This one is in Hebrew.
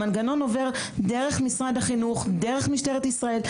המנגנון עובר דרך משרד החינוך, דרך משטרת ישראל.